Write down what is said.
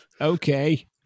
Okay